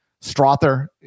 Strother